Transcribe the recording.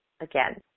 again